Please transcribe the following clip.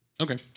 Okay